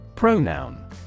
Pronoun